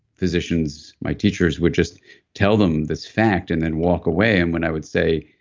physicians, my teachers, would just tell them this fact and then walk away. and when i would say,